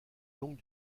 longue